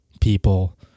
people